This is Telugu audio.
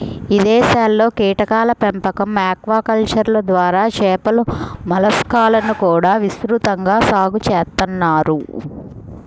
ఇదేశాల్లో కీటకాల పెంపకం, ఆక్వాకల్చర్ ద్వారా చేపలు, మలస్కాలను కూడా విస్తృతంగా సాగు చేత్తన్నారు